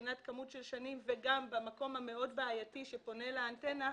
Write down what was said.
וגם במקום המאוד בעייתי שפונה לאנטנה,